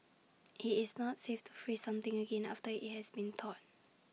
IT is not safe to freeze something again after IT has been thawed